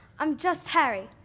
i'm just harry,